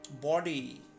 body